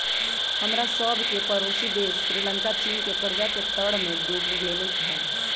हमरा सभके पड़ोसी देश श्रीलंका चीन के कर्जा के तरमें डूब गेल हइ